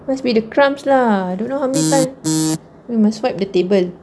must be the crumbs lah don't know how many time we must wipe the table